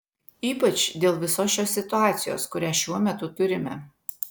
ypač dėl visos šios situacijos kurią šiuo metu turime